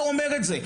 לא אומר את זה.